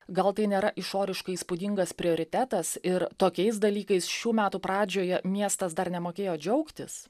gal tai nėra išoriškai įspūdingas prioritetas ir tokiais dalykais šių metų pradžioje miestas dar nemokėjo džiaugtis